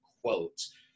quotes